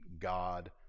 God